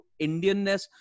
Indianness